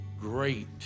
great